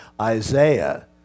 Isaiah